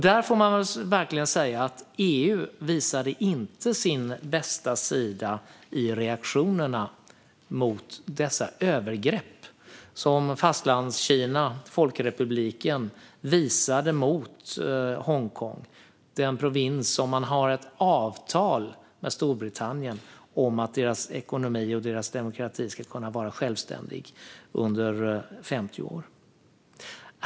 Där får man verkligen säga att EU inte visade sin bästa sida i reaktionerna mot dessa övergrepp som Fastlandskina, folkrepubliken, visade mot Hongkong. Det är den provins som man har ett avtal med Storbritannien om att deras ekonomi och demokrati ska kunna vara självständiga under 50 år.